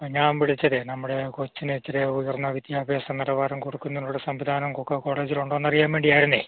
ഞാൻ വിളിച്ചത് നമ്മുടെ കൊച്ചിന് എത്രയാണ് ഉയർന്ന വിദ്യാഭ്യാസ നിലവാരം കൊടുക്കുന്നതിനുള്ള സംവിധാനം ഒക്കെ കോളേജിലുണ്ടോന്ന് അറിയാൻ വേണ്ടിയായിരുന്നു